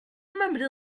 remembered